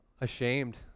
ashamed